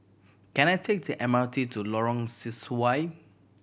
can I take the M R T to Lorong Sesuai